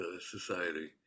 society